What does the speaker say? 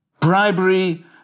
Bribery